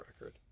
record